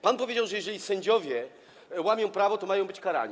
Pan powiedział, że jeżeli sędziowie łamią prawo, to mają być karani.